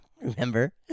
Remember